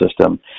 system